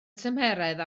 tymheredd